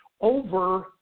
Over